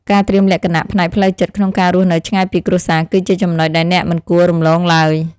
ការត្រៀមលក្ខណៈផ្នែកផ្លូវចិត្តក្នុងការរស់នៅឆ្ងាយពីគ្រួសារគឺជាចំណុចដែលអ្នកមិនគួររំលងឡើយ។